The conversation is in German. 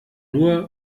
nur